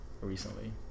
recently